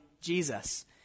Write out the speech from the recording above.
Jesus